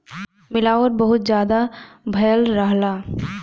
मिलावट बहुत जादा भयल रहला